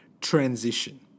transition